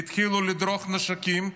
התחילו לדרוך נשקים,